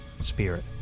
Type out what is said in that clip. spirit